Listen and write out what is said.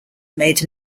made